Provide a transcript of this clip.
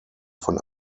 von